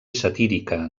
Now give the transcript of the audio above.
satírica